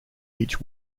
each